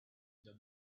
the